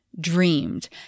dreamed